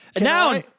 now